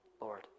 Lord